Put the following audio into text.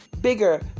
bigger